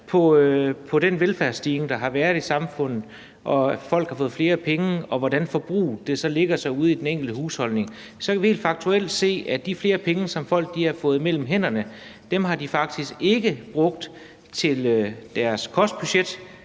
på den velfærdsstigning, der har været i samfundet, i forhold til at folk har fået flere penge og hvordan forbruget så lægger sig ude i den enkelte husholdning, så kan vi helt faktuelt se, at de flere penge, som folk har fået mellem hænderne, har de faktisk ikke brugt på deres kostbudget,